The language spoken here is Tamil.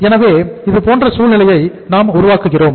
எனவே இதுபோன்ற சூழ்நிலையை நாம் உருவாக்குகிறோம்